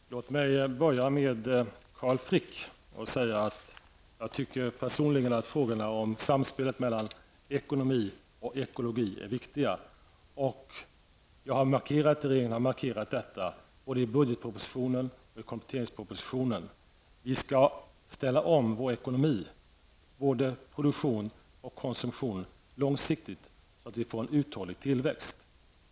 Herr talman! Låt mig börja med att säga till Carl Frick att jag personligen tycker att frågorna om samspelet mellan ekonomi och ekologi är viktiga. Jag och regeringen har markerat detta både i budgetpropositionen och kompletteringspropositionen. Vi skall ställa om vår ekonomi långsiktigt både vad det gäller produktion och konsumtion så att vi får en uthållig tillväxt.